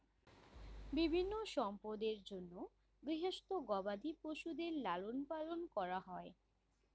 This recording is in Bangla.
বিভিন্ন সম্পদের জন্যে গৃহস্থ গবাদি পশুদের লালন পালন করা হয়